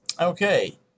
Okay